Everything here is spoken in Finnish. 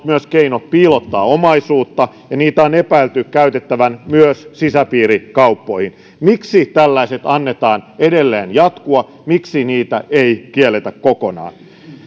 myös keino piilottaa omaisuutta ja niitä on epäilty käytettävän myös sisäpiirikauppoihin miksi tällaisten annetaan edelleen jatkua miksi niitä ei kielletä kokonaan